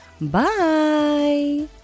bye